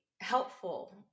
helpful